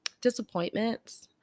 disappointments